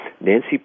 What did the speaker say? Nancy